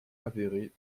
avérée